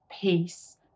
peace